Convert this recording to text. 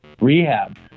rehab